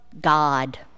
God